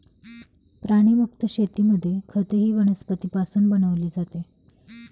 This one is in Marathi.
प्राणीमुक्त शेतीमध्ये खतही वनस्पतींपासून बनवले जाते